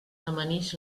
amanix